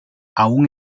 aun